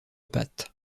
pattes